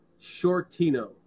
Shortino